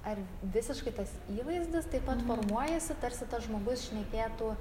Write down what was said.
ar visiškai tas įvaizdis taip pat formuojasi tarsi tas žmogus šnekėtų